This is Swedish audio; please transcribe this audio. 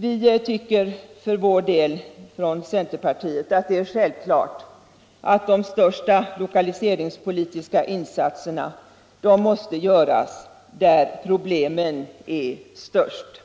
Vi tycker för vår del inom centerpartiet att det är självklart att de stora lokaliseringspolitiska insatserna måste göras där problemen är störst.